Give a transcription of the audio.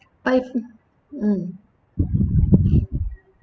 but if mm